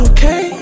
Okay